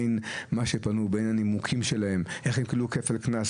הם קיבלו כסף קנס,